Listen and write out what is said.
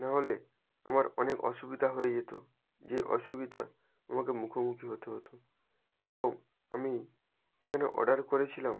নাহলে আমার অনেক অসুবিধা হয়ে যেত যে অসুবিধা আমাকে মুখোমুখি হতে হতো এবং আমি এখানে অর্ডার করেছিলাম